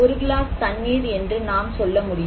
ஒரு கிளாஸ் தண்ணீர் என்று நாம் சொல்ல முடியும்